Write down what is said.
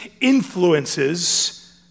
influences